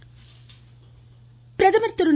பிரதமர் பிரதமர் திரு